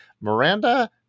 Miranda